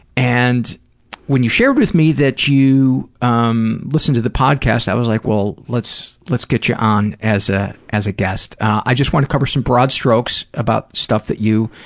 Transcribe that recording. and when you shared with me that you um listen to the podcast, i was like, well, let's let's get you on as ah as a guest. i just want to cover some broad strokes about stuff that you